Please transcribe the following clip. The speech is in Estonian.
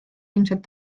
ilmselt